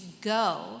go